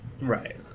right